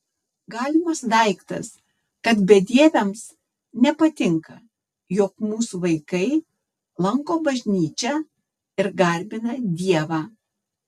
galimas daiktas kad bedieviams nepatinka jog mūsų vaikai lanko bažnyčią ir garbina dievą